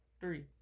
three